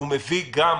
הוא מביא גם